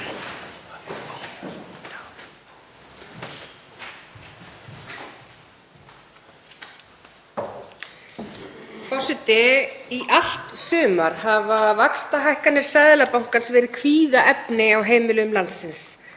Forseti. Í allt sumar hafa vaxtahækkanir Seðlabankans verið kvíðaefni á heimilum landsins.